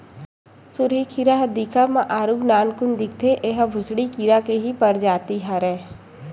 सुरही कीरा ह दिखब म आरुग नानकुन दिखथे, ऐहा भूसड़ी के ही परजाति हरय